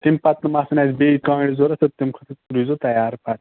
تَمہِ پَتہٕ ما آسَن اَسہِ بیٚیہِ کانٛگٕرِ ضروٗرت تہٕ تَمہِ خٲطرٕ روٗززیٚو تَیار پَتہٕ